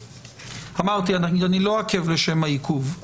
אמרתי שאני לא אעכב לשם העיכוב.